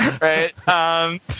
Right